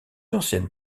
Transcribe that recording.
anciennes